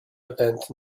event